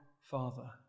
Father